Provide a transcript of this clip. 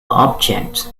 objects